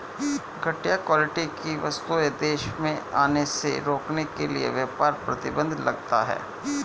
घटिया क्वालिटी की वस्तुएं देश में आने से रोकने के लिए व्यापार प्रतिबंध लगता है